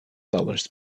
dollars